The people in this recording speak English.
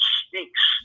speaks